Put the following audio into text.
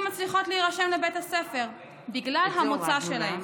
ומצליחות להירשם לבית הספר בגלל המוצא שלהם.